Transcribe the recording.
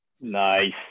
nice